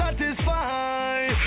satisfy